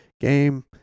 game